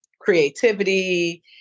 creativity